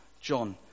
John